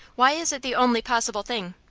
why is it the only possible thing?